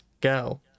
Girl